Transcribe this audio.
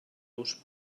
los